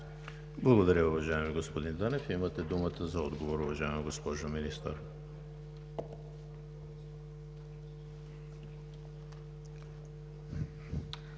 Благодаря Ви, уважаеми господин Милев. Имате думата за отговор, уважаема госпожо Министър.